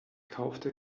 kaufte